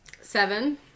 Seven